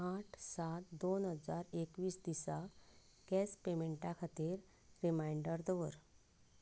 आठ सात दोन हजार एकवीस दिसा गॅस पेमॅन्टा खातीर रिमांयडर दवर